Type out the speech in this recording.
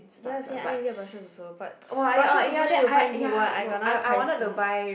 ya see I need to get brushers also but brushers also need to find good one I got another crisis